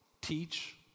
teach